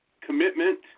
commitment